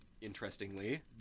interestingly